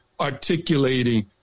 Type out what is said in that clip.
articulating